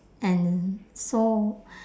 and so